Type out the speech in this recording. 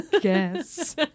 guess